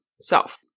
self